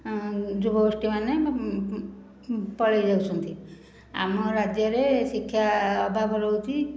ଯୁବଗୋଷ୍ଠୀମାନେ ପଳାଇ ଯାଉଛନ୍ତି ଆମ ରାଜ୍ୟରେ ଶିକ୍ଷା ଅଭାବ ରହୁଛି